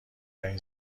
ترین